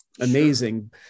Amazing